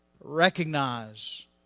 Recognize